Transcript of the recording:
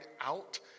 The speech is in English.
out